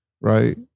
right